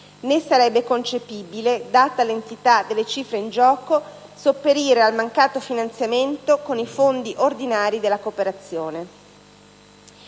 né sarebbe concepibile, data l'entità delle cifre in gioco, sopperire al mancato finanziamento con i fondi ordinari della cooperazione.